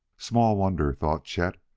small wonder, thought chet,